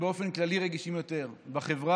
ובאופן כללי רגישים יותר בחברה,